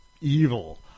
evil